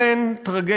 אלה הן טרגדיות.